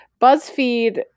BuzzFeed